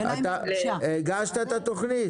הגשת את התכנית?